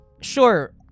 sure